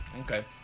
Okay